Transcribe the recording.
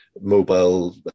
mobile